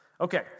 Okay